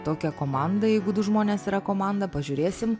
tokią komandą jeigu du žmonės yra komanda pažiūrėsim